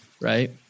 Right